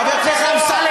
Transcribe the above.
חבר הכנסת אמסלם,